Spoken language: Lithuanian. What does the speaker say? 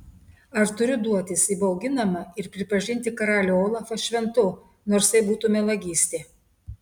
ar turiu duotis įbauginama ir pripažinti karalių olafą šventu nors tai būtų melagystė